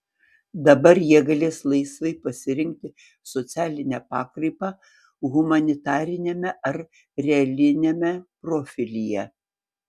dabar jie galės laisvai pasirinkti socialinę pakraipą humanitariniame ar realiniame profilyje